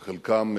חלקם,